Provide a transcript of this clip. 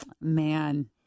man